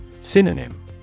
Synonym